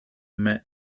met